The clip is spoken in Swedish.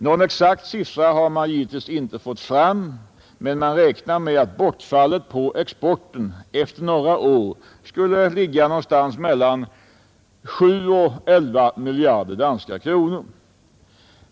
Någon exakt siffra har man givetvis inte fått fram, men man räknar med att bortfallet på exporten efter några år skulle ligga någonstans mellan 7 och 11 miljarder danska kronor.